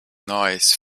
noise